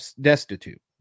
destitute